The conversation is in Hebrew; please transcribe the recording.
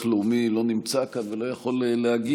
לאומי לא נמצא כאן ולא יכול להגיב,